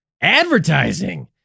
Advertising